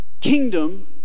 kingdom